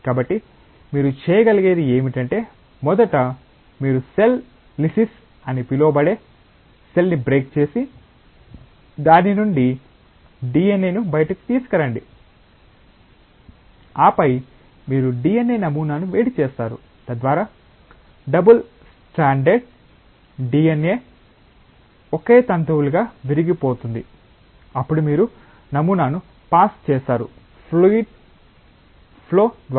కాబట్టి మీరు చేయగలిగేది ఏమిటంటే మొదట మీరు సెల్ లిసిస్ అని పిలువబడే సెల్ ని బ్రేక్ చేసి దాని నుండి DNA ను బయటకు తీసుకురండి ఆపై మీరు DNA నమూనాను వేడి చేస్తారు తద్వారా డబుల్ స్ట్రాండెడ్ DNA ఒకే తంతువులుగా విరిగిపోతుంది అప్పుడు మీరు నమూనాను పాస్ చేస్తారు ఫ్లూయిడ్ ఫ్లో ద్వారా